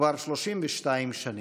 כבר 32 שנים.